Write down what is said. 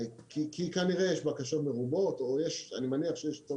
כי כנראה יש בקשות מרובות או יש, אני מניח שיש.